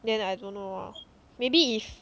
then I don't know lor maybe is